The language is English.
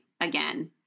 again